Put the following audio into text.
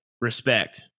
respect